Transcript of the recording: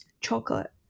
chocolate